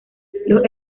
los